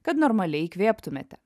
kad normaliai įkvėptumėte